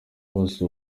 bose